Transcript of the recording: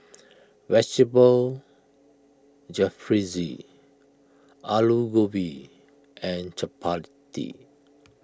Vegetable Jalfrezi Alu Gobi and Chapati